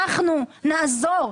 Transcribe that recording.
אנחנו נעזור.